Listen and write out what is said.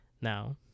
Now